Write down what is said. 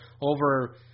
over